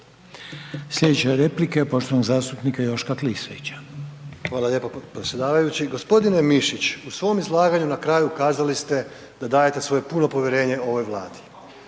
Slijedeća replika je poštovanog zastupnika Joška Klisovića. **Klisović, Joško (SDP)** Hvala lijepo predsjedavajući, gospodine Mišić u svom izlaganju na kraju kazali ste da dajete svoje puno povjerenje ovoj Vladi.